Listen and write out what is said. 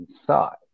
inside